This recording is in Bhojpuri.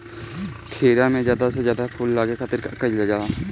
खीरा मे ज्यादा से ज्यादा फूल लगे खातीर का कईल जाला?